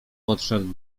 podszedł